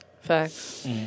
Facts